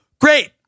great